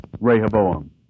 Rehoboam